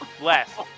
Last